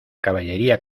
caballería